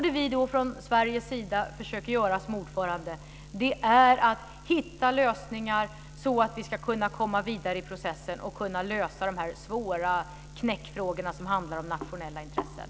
Det som Sverige som ordförande försöker göra är att hitta lösningar så att vi ska kunna komma vidare i processen och kunna lösa de här svåra knäckfrågorna, som handlar om nationella intressen.